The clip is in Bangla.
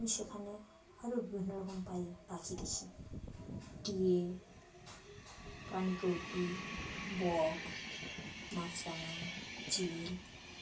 আমি সেখানে আরও বিভিন্ন রকম পাই পাখি দেখি টিয়ে পানকৌড়ি বক মাছরাাঙা চিল